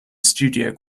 studio